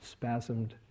spasmed